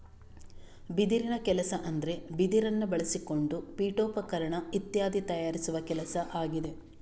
ಬಿದಿರಿನ ಕೆಲಸ ಅಂದ್ರೆ ಬಿದಿರನ್ನ ಬಳಸಿಕೊಂಡು ಪೀಠೋಪಕರಣ ಇತ್ಯಾದಿ ತಯಾರಿಸುವ ಕೆಲಸ ಆಗಿದೆ